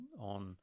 on